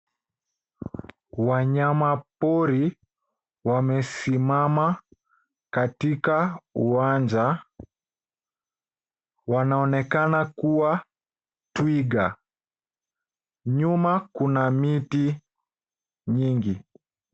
Wanyama pori wamesimama katika uwanja. Wanaonekana kuwa twiga. Nyuma kuna miti nyingi.